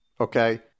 okay